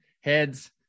heads